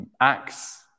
acts